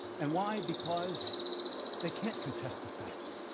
and why? because they can't contest the facts.